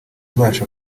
ibasha